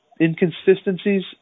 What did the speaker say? inconsistencies